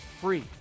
free